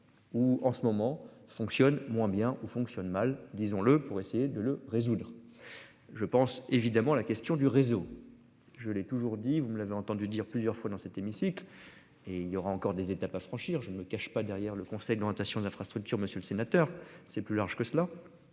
Où en ce moment fonctionne moins bien ou fonctionne mal, disons-le, pour essayer de le résoudre. Je pense évidemment, la question du réseau. Je l'ai toujours dit vous me l'avez entendu dire plusieurs fois dans cet hémicycle. Et il y aura encore des étapes à franchir, je ne me cache pas derrière le Conseil de l'orientation des infrastructures. Monsieur le sénateur, c'est plus large que cela.